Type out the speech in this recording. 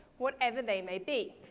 whatever they may be.